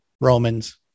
Romans